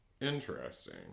Interesting